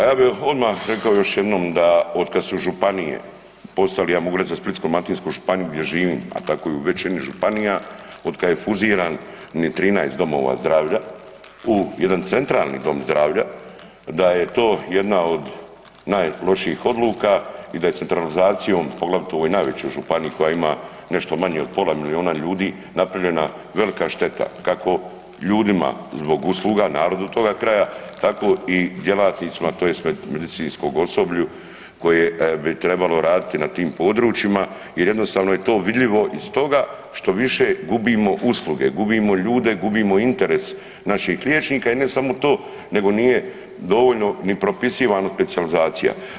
Pa ja bi odma rekao još jednom da od kad su županije postale, ja mogu reći za Splitsko-dalmatinsku županiju gdje živim, a tako je u većini županija, otkad je fuziran ni 13 domova zdravlja u jedan centralni dom zdravlja, da je to jedna od najlošijih odluka i da je centralizacijom, poglavito ovoj najvećoj županiji koja ima nešto manje od pola milijuna ljudi napravljena velika šteta, kako ljudima zbog usluga, narodu toga kraja, tako i djelatnicima tj. medicinskom osoblju koje bi trebalo raditi na tim područjima jer jednostavno je to vidljivo iz stoga što više gubimo usluge, gubimo ljude, gubimo interes naših liječnika i ne samo to, nego nije dovoljno ni propisivano specijalizacija.